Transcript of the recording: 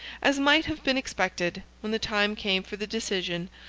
as might have been expected, when the time came for the decision,